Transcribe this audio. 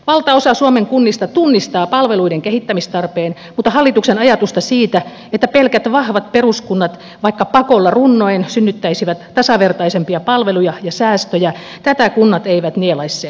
valtaosa suomen kunnista tunnistaa palveluiden kehittämistarpeen mutta hallituksen ajatusta siitä että pelkät vahvat peruskunnat vaikka pakolla runnoen synnyttäisivät tasavertaisempia palveluja ja säästöjä kunnat eivät nielaisseet